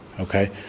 Okay